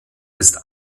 ist